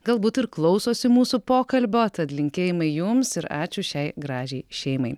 galbūt ir klausosi mūsų pokalbio tad linkėjimai jums ir ačiū šiai gražiai šeimai